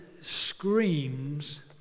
screams